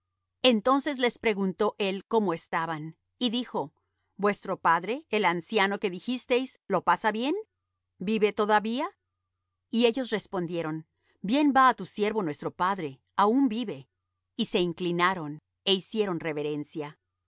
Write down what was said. entonces les preguntó él cómo estaban y dijo vuestro padre el anciano que dijisteis lo pasa bien vive todavía y ellos respondieron bien va á tu siervo nuestro padre aun vive y se inclinaron é hicieron reverencia